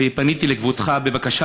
פניתי לכבודך בבקשה,